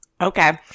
okay